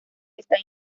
está